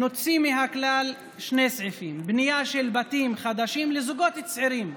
נוציא מהכלל שני סעיפים: בנייה של בתים חדשים לזוגות צעירים,